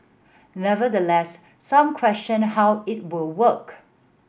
nevertheless some questioned how it would work